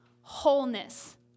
wholeness